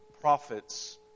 prophets